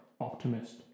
optimist